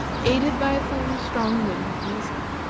aided by a full, strong wind from the south.